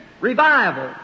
revival